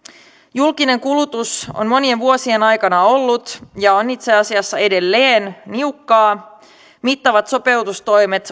julkinen kulutus on monien vuosien aikana ollut ja on itse asiassa edelleen niukkaa mittavat sopeutustoimet